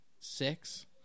six